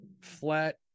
flat